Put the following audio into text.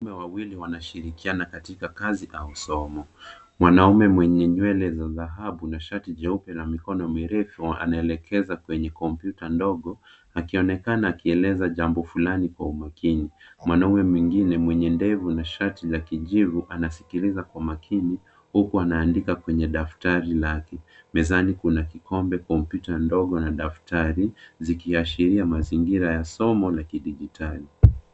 Mume wawili wanashirikiana katika kazi au somo. Mwanaume mwenye nywele za dhahabu na shati jeupe na mikono mirefu ana elekeza kwenye kompyuta ndogo aki onekana aki eleza jambo fulani kwa umakini. Mwanaume mwingine mwenye ndevu na shati la kijivu anasikiliza kwa makini huku ana andika kwenye daftari lake . Mezani kuna kikombe, kompyuta ndogo na daftari zikiashiria mazingira ya somo la kidijitali.